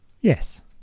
Yes